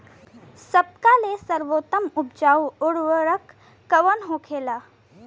सबका ले सर्वोत्तम उपजाऊ उर्वरक कवन होखेला?